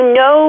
no